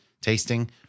tasting